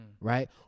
Right